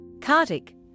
Kartik